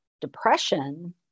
depression